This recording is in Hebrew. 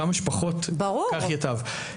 כמה שפחות כך ייטב.